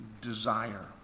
desire